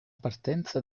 partenza